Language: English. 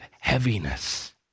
heaviness